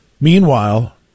Meanwhile